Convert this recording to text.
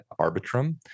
Arbitrum